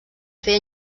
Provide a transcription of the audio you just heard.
fer